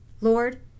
Lord